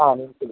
ആ നിംസിൽ